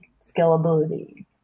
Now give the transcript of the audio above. scalability